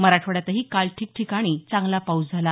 मराठवाड्यातही काल ठिकठिकाणी चांगला पाऊस झाला